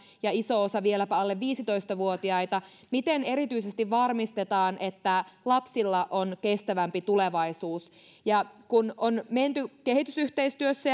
ja iso osa vieläpä alle viisitoista vuotiaita miten varmistetaan erityisesti että lapsilla on kestävämpi tulevaisuus ja kun on menty kehitysyhteistyössä